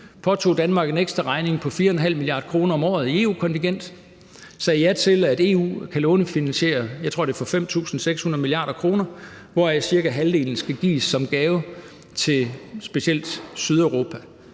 påførte Danmark en ekstraregning på 4,5 mia. kr. om året i EU-kontingent, sagde ja til, at EU kan lånefinansiere, jeg tror, det er for 5.600 mia. kr., hvoraf cirka halvdelen skal gives som gave til specielt Sydeuropa.